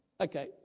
okay